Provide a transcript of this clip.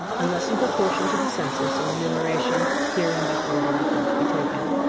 unless in proportion to the census or enumeration herein before directed to be taken.